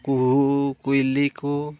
ᱠᱩᱦᱩ ᱠᱩᱭᱞᱤ ᱠᱚ